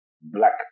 black